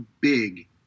big